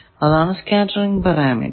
അതാണ് scattering parameter